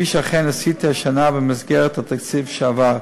כפי שאכן עשיתי השנה במסגרת התקציב שעבר,